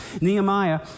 Nehemiah